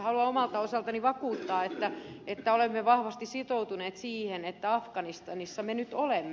haluan omalta osaltani vakuuttaa että olemme vahvasti sitoutuneet siihen että afganistanissa me nyt olemme